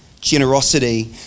generosity